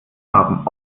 haben